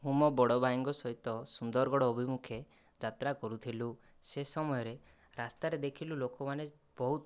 ମୁଁ ମୋ ବଡ଼ ଭାଇଙ୍କ ସହିତ ସୁନ୍ଦରଗଡ଼ ଅଭିମୁଖେ ଯାତ୍ରା କରୁଥିଲୁ ସେ ସମୟରେ ରାସ୍ତାରେ ଦେଖିଲୁ ଲୋକମାନେ ବହୁତ